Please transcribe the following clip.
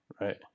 Right